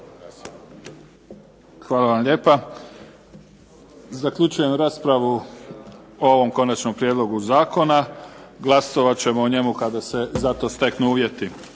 Hvala vam lijepa. Zaključujem raspravu o ovom konačnom prijedlogu zakona. Glasovat ćemo o njemu kada se za to steknu uvjeti.